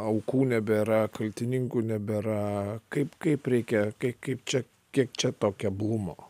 aukų nebėra kaltininkų nebėra kaip kaip reikia kai kaip čia kiek čia to keblumo